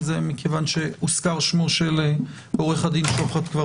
מכיוון שזה דיון בסוגיות עקרוניות אנחנו נאפשר קודם כול